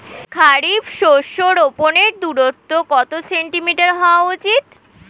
খারিফ শস্য রোপনের দূরত্ব কত সেন্টিমিটার হওয়া উচিৎ?